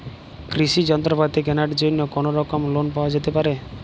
কৃষিযন্ত্রপাতি কেনার জন্য কোনোরকম লোন পাওয়া যেতে পারে?